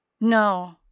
No